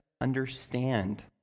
understand